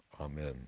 amen